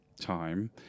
time